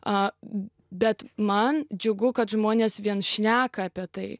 a bet man džiugu kad žmonės vien šneka apie tai